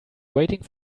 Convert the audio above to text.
waiting